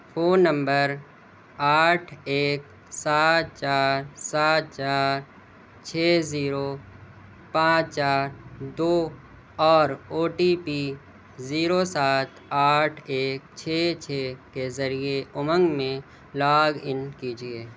phone number آٹھ ایک سات چار سات چار چھ زیرو پانچ چار دو اور او ٹی پی زیرو سات آٹھ ایک چھ چھ کے ذریعے امنگ میں لاگ ان کیجیے